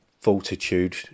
fortitude